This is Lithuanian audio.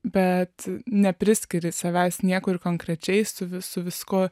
bet nepriskiri savęs niekur konkrečiai su visu viskuo